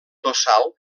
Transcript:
tossal